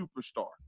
superstar